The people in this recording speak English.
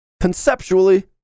Conceptually